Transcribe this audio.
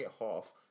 half